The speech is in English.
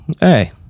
hey